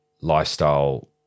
lifestyle